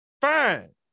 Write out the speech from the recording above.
Fine